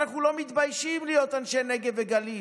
אנחנו לא מתביישים להיות אנשי הנגב והגליל.